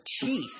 teeth